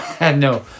No